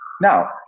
Now